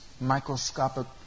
microscopic